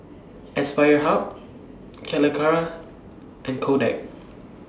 Aspire Hub Calacara and Kodak